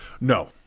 No